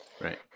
Right